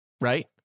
right